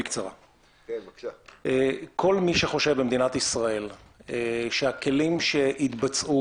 כל מי שחושב במדינת ישראל שהכלים שהתבצעו